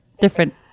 different